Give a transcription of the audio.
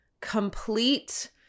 complete